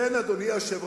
לכן, אדוני היושב-ראש,